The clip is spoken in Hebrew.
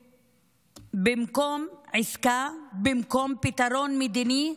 במקום עסקה, במקום פתרון מדיני,